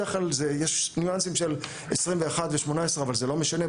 בדרך כלל יש ניואנסים של 21-18 אבל זה לא משנה,